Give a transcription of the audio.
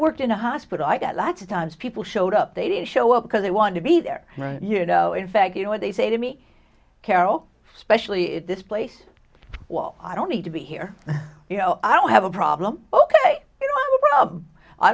worked in a hospital i got lots of times people showed up they didn't show up because they want to be there you know in fact you know what they say to me carol specially if this place well i don't need to be here i don't have a problem